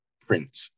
print